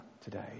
today